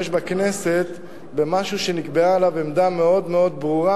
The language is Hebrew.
בכנסת במשהו שנקבעה עליו עמדה מאוד מאוד ברורה,